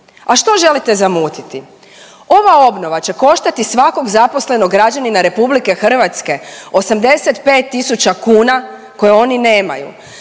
A što želite zamutiti? Ova obnova će koštati svakog zaposlenog građanina RH 85.000 kuna koje oni nemaju.